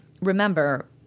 Remember